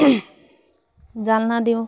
জালনা দিওঁ